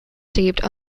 taped